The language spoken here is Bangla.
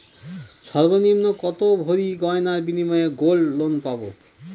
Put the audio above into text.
সর্বনিম্ন কত ভরি গয়নার বিনিময়ে গোল্ড লোন পাব?